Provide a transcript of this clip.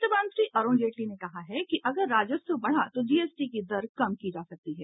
वित्त मंत्री अरूण जेटली ने कहा है कि अगर राजस्व बढ़ा तो जीएसटी की दर कम की जा सकती है